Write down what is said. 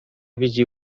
widzi